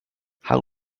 how